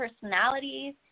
personalities